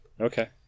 okay